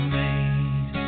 made